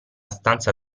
stanza